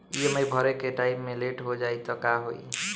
EMI भरे के time मे लेट हो जायी त का होई?